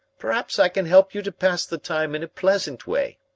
perhaps i can help you to pass the time in a pleasant way.